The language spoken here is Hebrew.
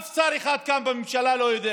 אף שר אחד כאן בממשלה לא יודע